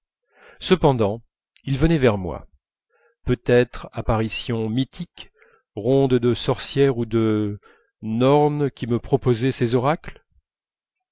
cependant ils venaient vers moi peut-être apparition mythique ronde de sorcières ou de nornes qui me proposait ses oracles